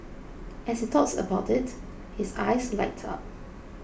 as he talks about it his eyes light up